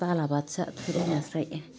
बालाबाथिया थुरि नास्राय